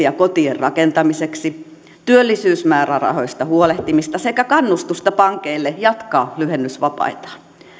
ja kotien rakentamiseksi työllisyysmäärärahoista huolehtimista sekä kannustusta pankeille jatkaa lyhennysvapaitaan